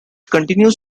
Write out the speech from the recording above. continues